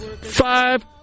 Five